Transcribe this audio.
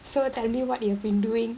so tell me what you have been doing